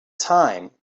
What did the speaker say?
time